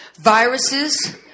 viruses